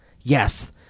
Yes